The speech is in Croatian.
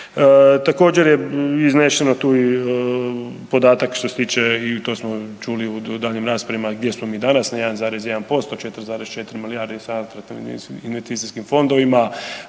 Također je iznešen tu podatak što se tiče i to smo čuli u daljnjim raspravama gdje smo mi danas na 1,1% 4,4 milijarde …/Govornik se ne razumije/…investicijskim fondovima.